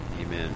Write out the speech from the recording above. amen